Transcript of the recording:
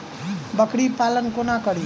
बकरी पालन कोना करि?